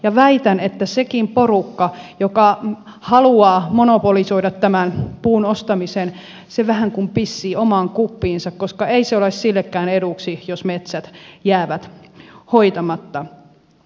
ja väitän että sekin porukka joka haluaa monopolisoida tämän puun ostamisen vähän kuin pissii omaan kuppiinsa koska ei se ole sillekään eduksi jos metsät jäävät hoitamatta